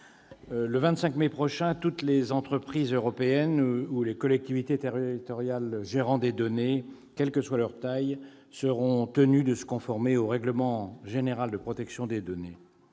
le 25 mai prochain, toutes les entreprises européennes ou collectivités territoriales gérant des données, indépendamment de leur taille, seront tenues de se conformer au règlement général sur la protection des données.